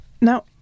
Now